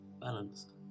balanced